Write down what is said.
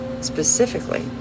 specifically